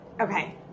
Okay